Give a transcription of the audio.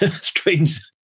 strange